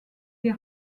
des